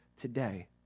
today